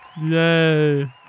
yay